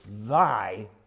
thy